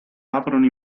aprono